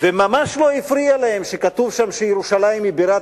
וממש לא הפריע להם שכתוב שם שירושלים היא בירת